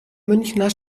münchner